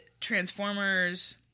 Transformers